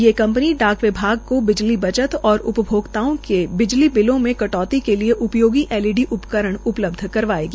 यह कंपनी डाक विभाग को बिजली बचत और उपभोक्ताओं के बिजली बिलों में कटौती के लिए उपयोगी एलईडी उपकरण उपलब्ध करवायेगी